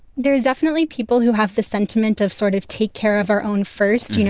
there are definitely people who have the sentiment of sort of take care of our own first. you know,